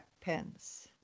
pens